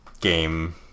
Game